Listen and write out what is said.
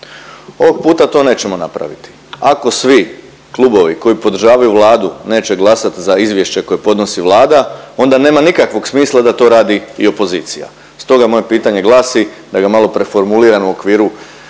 Ovog puta to nećemo napraviti. Ako svi klubovi koji podržavaju Vladu neće glasati za izvješće koje podnosi Vlada onda nema nikakvog smisla da to radi i opozicija. Stoga moje pitanje glasi da ga malo preformuliram u okviru